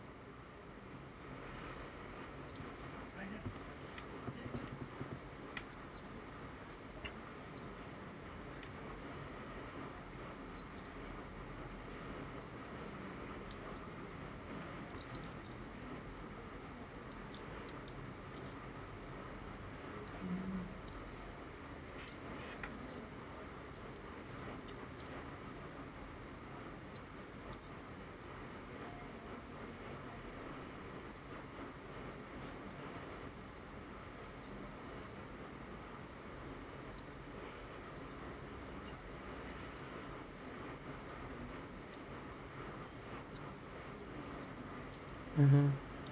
mmhmm